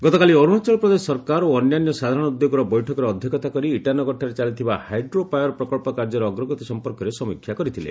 ଗତକାଲି ଅରୁଣାଚଳ ପ୍ରଦେଶ ସରକାର ଓ ଅନ୍ୟାନ୍ୟ ସାଧାରଣ ଉଦ୍ୟୋଗର ବୈଠକରେ ଅଧ୍ୟକ୍ଷତା କରି ଇଟାନଗରଠାରେ ଚାଲିଥିବା ହାଇଡ୍ରୋ ପାୱାର ପ୍ରକଳ୍ପ କାର୍ଯ୍ୟର ଅଗ୍ରଗତି ସଂପର୍କରେ ସମୀକ୍ଷା କରିଥିଲେ